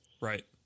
Right